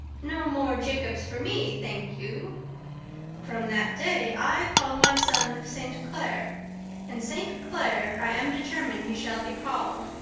no more jacobs for me, thank you from that day i called my son st. clair and st. clair i am determined he shall be called.